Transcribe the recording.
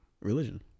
Religion